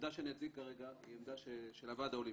העמדה שאני אציג כרגע היא העמדה של הוועד האולימפי.